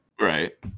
Right